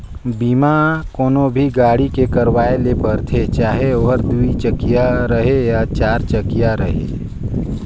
बीमा कोनो भी गाड़ी के करवाये ले परथे चाहे ओहर दुई चकिया रहें या चार चकिया रहें